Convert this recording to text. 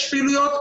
יש פעילויות.